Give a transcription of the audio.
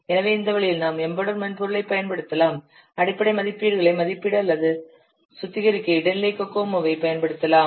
எனவே இந்த வழியில் நாம் எம்பெடெட் மென்பொருளைப் பயன்படுத்தலாம் அடிப்படை மதிப்பீடுகளை மதிப்பிட அல்லது சுத்திகரிக்க இடைநிலை கோகோமோவைப் பயன்படுத்தலாம்